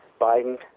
Biden